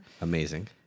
Amazing